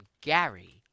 Gary